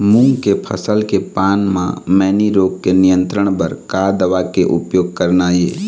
मूंग के फसल के पान म मैनी रोग के नियंत्रण बर का दवा के उपयोग करना ये?